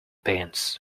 pins